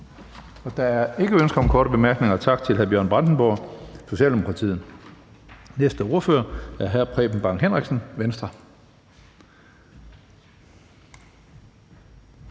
Der er ikke ønske om korte bemærkninger. Tak til hr. Bjørn Brandenborg, Socialdemokratiet. Næste ordfører er hr. Preben Bang Henriksen, Venstre.